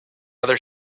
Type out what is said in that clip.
other